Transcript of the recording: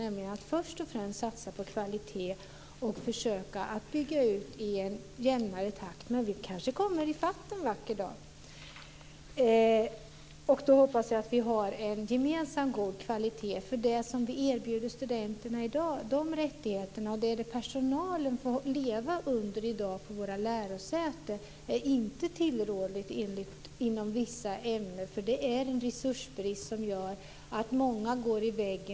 Vi vill först och främst satsa på kvalitet och försöka att bygga ut i en jämnare takt. Vi kanske kommer ifatt en vacker dag. Jag hoppas att vi då har en gemensam god kvalitet. De villkor som vi erbjuder studenterna i dag, de rättigheter och de villkor som personalen får leva under på våra lärosäten är inte tillrådligt inom vissa ämnen. Resursbristen gör att många går in i väggen.